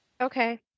okay